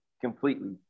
completely